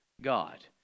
God